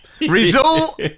Result